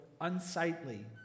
unsightly